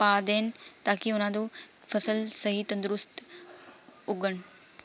ਪਾ ਦੇਣ ਤਾਂ ਕਿ ਉਹਨਾਂ ਨੂੰ ਫਸਲ ਸਹੀ ਤੰਦਰੁਸਤ ਉੱਗਣ